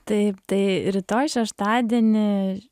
taip tai rytoj šeštadienį